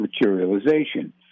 materialization